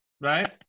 right